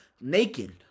naked